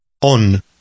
On